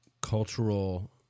cultural